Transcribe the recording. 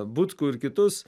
butkų ir kitus